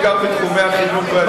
בעיקר בתחומי החינוך והשיכון.